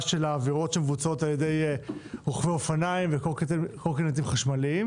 של העבירות שמבוצעות על ידי רוכבי אופניים וקורקינטים חשמליים,